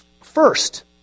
First